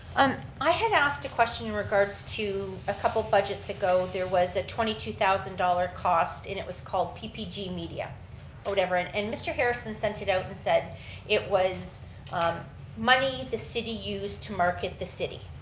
um i had asked a question in regards to a couple budgets ago, there was a twenty two thousand dollars cost and it was called pg pg media or whatever, and and mr. harrison sent it out and said it was um money the city used to market the city.